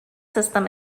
system